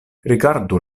rigardu